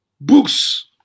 Books